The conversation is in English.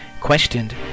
Questioned